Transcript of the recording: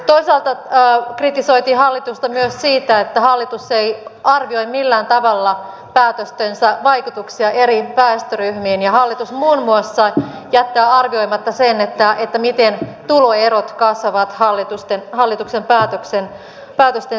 toisaalta kritisoitiin hallitusta myös siitä että hallitus ei arvioi millään tavalla päätöstensä vaikutuksia eri väestöryhmiin ja hallitus muun muassa jättää arvioimatta sen miten tuloerot kasvavat hallituksen päätösten seurauksena